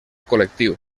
col·lectiu